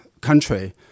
country